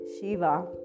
Shiva